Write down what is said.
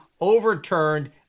overturned